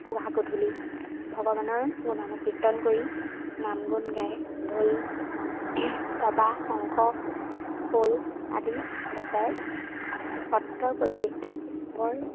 পুৱা গধূলি ভগৱানৰ গুণানুকীৰ্তন কৰি নাম গুণ গাই ঢোল দবা শংখ খোল আদি বজাই সত্ৰৰ পৰিৱেশটো বৰ